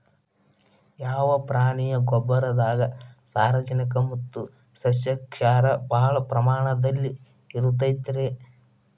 ಯಾವ ಪ್ರಾಣಿಯ ಗೊಬ್ಬರದಾಗ ಸಾರಜನಕ ಮತ್ತ ಸಸ್ಯಕ್ಷಾರ ಭಾಳ ಪ್ರಮಾಣದಲ್ಲಿ ಇರುತೈತರೇ?